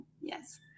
Yes